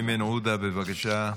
איימן עודה, בבקשה,